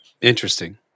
Interesting